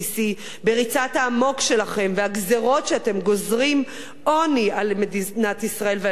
בריצת האמוק שלכם והגזירות אתם גוזרים עוני על מדינת ישראל ועל אזרחיה,